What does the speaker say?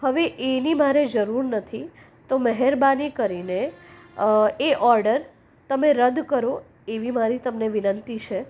હવે એની મારે જરૂર નથી તો મહેરબાની કરીને એ ઓર્ડર તમે રદ કરો એવી મારી તમને વિનંતી છે